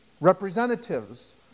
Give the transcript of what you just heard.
representatives